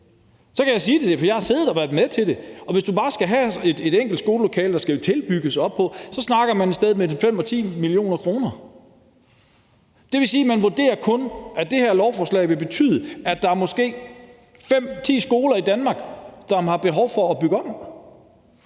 Så kan jeg sige det, for jeg har siddet og været med til det. Hvis du bare skal have et enkelt skolelokale, der skal tilbygges, snakker man et sted mellem 5 og 10 mio. kr. Det vil sige, at man kun vurderer, at det her lovforslag vil betyde, at der måske er fem-ti skoler i Danmark, der har behov for at bygge om.